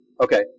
Okay